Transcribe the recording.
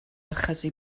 achosi